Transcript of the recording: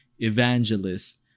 evangelist